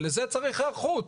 ולזה צריך היערכות.